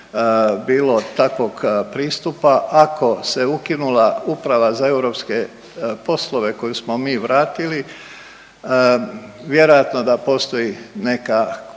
bilo takvog pristupa, ako se ukinula Uprava za europske poslove koju smo mi vratili, vjerojatno da postoji neka